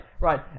Right